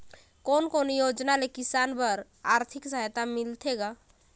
कोन कोन योजना ले किसान बर आरथिक सहायता मिलथे ग?